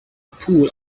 pool